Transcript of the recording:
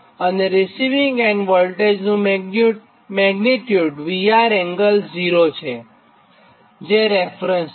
અને receiving end વોલ્ટેજનું magnitude VR∠0 જે રેફરન્સ છે